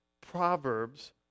proverbs